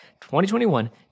2021